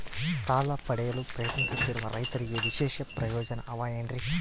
ಸಾಲ ಪಡೆಯಲು ಪ್ರಯತ್ನಿಸುತ್ತಿರುವ ರೈತರಿಗೆ ವಿಶೇಷ ಪ್ರಯೋಜನ ಅವ ಏನ್ರಿ?